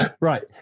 Right